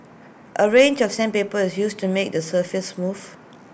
A range of sandpaper is used to make the surface smooth